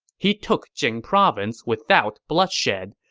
he took jing province without bloodshed,